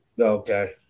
Okay